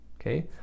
okay